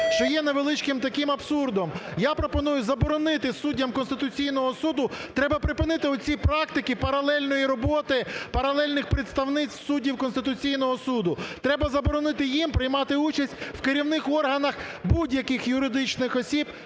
що є невеличким таким абсурдом. Я пропоную заборонити суддям Конституційного Суду, треба припинити оці практики паралельної роботи, паралельних представництв суддів Конституційного Суду, треба заборонити їм приймати участь в керівних органах будь-яких юридичних осіб,